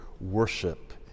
worship